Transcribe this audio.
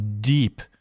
deep